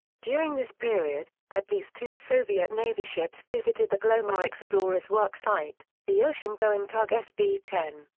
during this period, at least two soviet navy ships visited the glomar explorer's work site, the oceangoing tug sb ten,